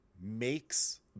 makes